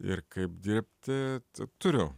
ir kaip dirbti turiu